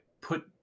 put